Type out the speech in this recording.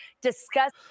Discuss